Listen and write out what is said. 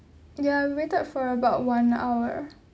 ya we were waited for about one hour